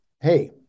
hey